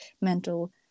mental